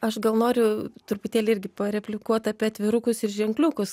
aš gal noriu truputėlį irgi pareplikuot apie atvirukus ir ženkliukus